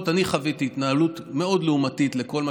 אני חוויתי בוועדה התנהלות מאוד לעומתית לכל מה